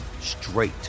straight